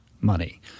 money